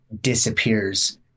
disappears